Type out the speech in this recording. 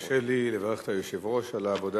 תרשה לי לברך את היושב-ראש על העבודה